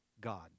God